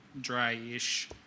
Dry-ish